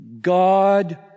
God